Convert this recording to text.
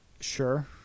Sure